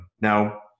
Now